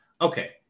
Okay